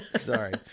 Sorry